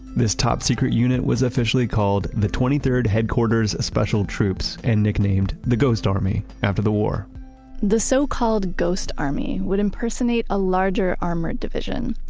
this top-secret unit was officially called the twenty third headquarters special troops and nicknamed the ghost army after the war the so so-called ghost army would impersonate a larger armored division,